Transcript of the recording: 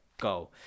go